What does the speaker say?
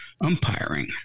umpiring